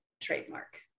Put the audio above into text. trademark